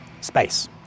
space